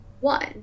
one